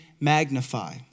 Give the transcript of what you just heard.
magnify